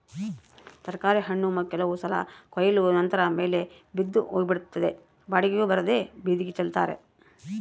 ತರಕಾರಿ ಹಣ್ಣು ಕೆಲವು ಸಲ ಕೊಯ್ಲು ನಂತರ ಬೆಲೆ ಬಿದ್ದು ಹೋಗಿಬಿಡುತ್ತದೆ ಬಾಡಿಗೆಯೂ ಬರದೇ ಬೀದಿಗೆ ಚೆಲ್ತಾರೆ